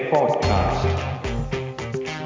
Podcast